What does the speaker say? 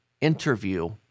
interview